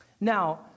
Now